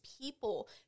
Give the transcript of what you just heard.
people